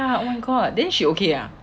ya oh my god then she okay ah